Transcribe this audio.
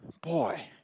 Boy